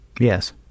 Yes